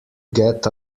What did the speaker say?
get